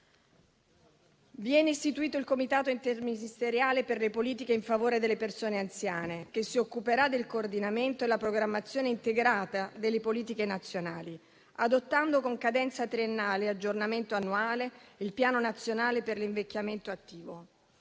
Viene istituito il Comitato interministeriale per le politiche in favore delle persone anziane che si occuperà del coordinamento e della programmazione integrata delle politiche nazionali, adottando con cadenza triennale e aggiornamento annuale il Piano nazionale per l'invecchiamento attivo,